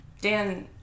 Dan